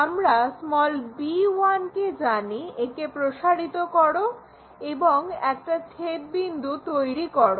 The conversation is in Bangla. আমরা b1 কে জানি একে প্রসারিত করো এবং একটা ছেদবিন্দু তৈরি করো